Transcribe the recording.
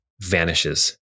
vanishes